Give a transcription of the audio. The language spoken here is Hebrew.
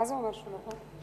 מה זה אומר שהוא לא פה?